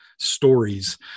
stories